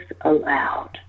allowed